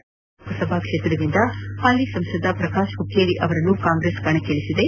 ಚಿಕ್ಕೋಡಿ ಲೋಕಸಭಾ ಕ್ಷೇತ್ರದಿಂದ ಹಾಲ ಸಂಸದ ಶ್ರಕಾಶ್ ಹುಕ್ಕೇರಿ ಅವರನ್ನು ಕಾಂಗ್ರೆಸ್ ಕಣಕ್ಕಳಿಸಿದೆ